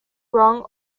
wrong